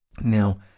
Now